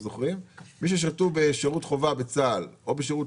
מי ששירתו בשירות חובה בצה"ל או בשירות